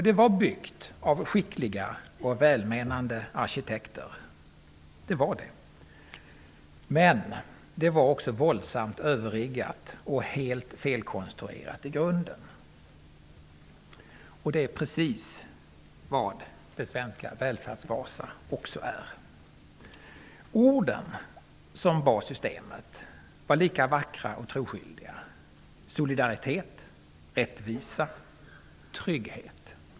Det var byggt av skickliga och välmenande arkitekter -- det var det -- men det var också våldsamt överriggat och i grunden helt felkonstruerat. Det är precis vad det svenska välfärds-Vasa också är. Orden som bar systemet var lika vackra och troskyldiga: solidaritet, rättvisa, trygghet.